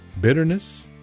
bitterness